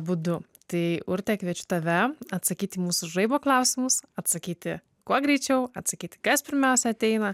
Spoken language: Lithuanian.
būdu tai urte kviečiu tave atsakyt į mūsų žaibo klausimus atsakyti kuo greičiau atsakyti kas pirmiausia ateina